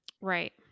right